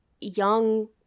young